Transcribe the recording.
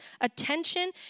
attention